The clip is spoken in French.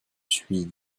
suis